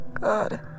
God